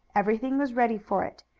everything was ready for it,